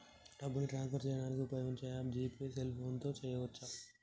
డబ్బుని ట్రాన్స్ఫర్ చేయడానికి ఉపయోగించే యాప్ జీ పే సెల్ఫోన్తో చేయవచ్చు